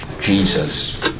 Jesus